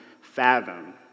fathom